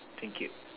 thank you